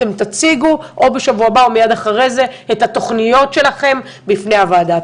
אתם תציגו או בשבוע הבא או מיד אחרי זה את התוכניות שלכם בפני הוועדה.